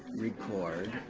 record.